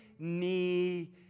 knee